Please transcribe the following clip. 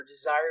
desire